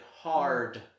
hard